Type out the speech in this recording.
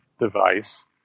device